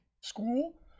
school